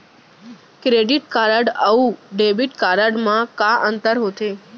Credit card अऊ debit card मा का अंतर होथे?